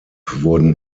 wurden